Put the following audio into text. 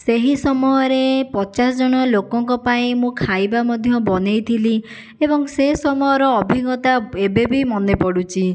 ସେହି ସମୟରେ ପଚାଶ ଜଣ ଲୋକଙ୍କ ପାଇଁ ମୁଁ ଖାଇବା ମଧ୍ୟ ବନାଇଥିଲି ଏବଂ ସେ ସମୟର ଅଭିଜ୍ଞାତା ଏବେବି ମାନେ ପଡ଼ୁଛି